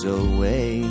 away